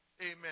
Amen